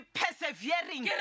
persevering